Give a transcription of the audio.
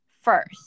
first